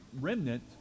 remnant